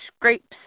grapes